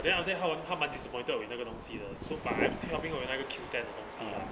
then after that 她完判满 disappointed with 那个东西 so but I'm still helping her organise 那个 Q_O_O ten 的东西 lah